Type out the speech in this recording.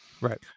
right